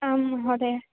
आं महोदय